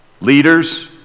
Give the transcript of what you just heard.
leaders